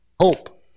Hope